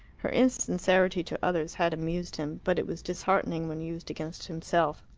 her insincerity to others had amused him, but it was disheartening when used against himself.